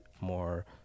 more